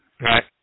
Right